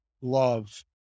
love